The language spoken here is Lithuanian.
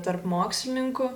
tarp mokslininkų